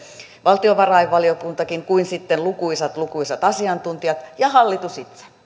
valtiovarainvaliokuntakin kuin sitten lukuisat lukuisat asiantuntijat ja hallitus itse